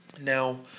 now